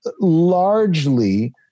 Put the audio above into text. largely